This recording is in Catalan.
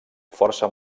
força